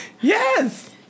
Yes